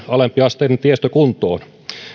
alempiasteinen tiestö kuntoon